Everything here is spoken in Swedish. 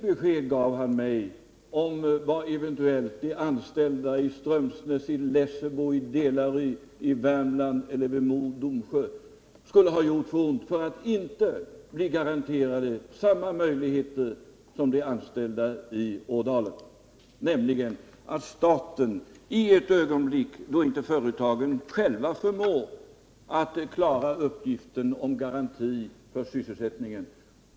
Men han gav mig inget besked om varför inte de anställda i Strömsnäs, Lessebo, i delar av Värmland eller vid Mo och Domsjö skulle bli garanterade samma möjligheter som de anställda i Ådalen, nämligen att staten får träda in i det ögonblick man inte själv förmår klara sysselsättningen.